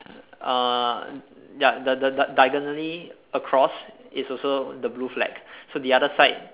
uh ya the the the diagonally across is also the blue flag so the other side